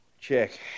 Check